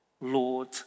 Lord